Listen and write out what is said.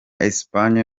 espagne